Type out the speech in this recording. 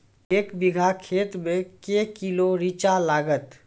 एक बीघा खेत मे के किलो रिचा लागत?